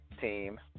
team